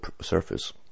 Surface